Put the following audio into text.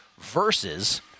versus